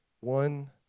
one